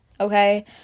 okay